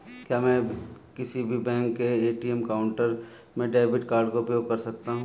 क्या मैं किसी भी बैंक के ए.टी.एम काउंटर में डेबिट कार्ड का उपयोग कर सकता हूं?